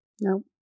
Nope